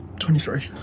23